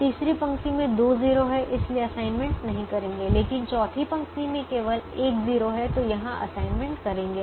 तीसरी पंक्ति में दो 0 हैं इसलिए असाइनमेंट नहीं करेंगे लेकिन चौथी पंक्ति में केवल एक 0 है तो यहां असाइनमेंट करेंगे